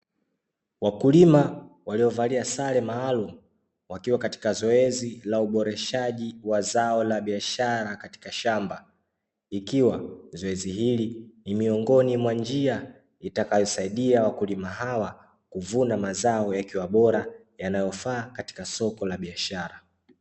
Wakulima waliovalia sare maalumu wakiwa katika zoezi la uboreshaji wa zao la biashara katika shamba, ikiwa zoezi hili ni miongoni mwa njia itakayosaidia wakulima hawa kuvuna mazao yakiwa bora yanayofaa katika soko la biashara.